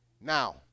Now